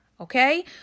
Okay